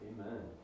Amen